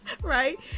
right